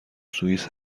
سوئیس